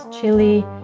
chili